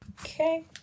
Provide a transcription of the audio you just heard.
Okay